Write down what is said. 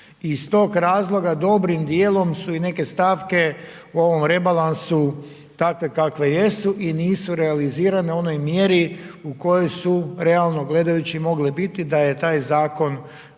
Iz tog razloga dobrim djelom su i neke stavke u ovom rebalansu takve kakve jesu i nisu realizirane u onoj mjeri u kojoj su realno gledajući mogli biti da je taj zakon